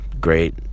great